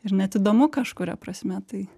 ir net įdomu kažkuria prasme tai